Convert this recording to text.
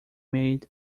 made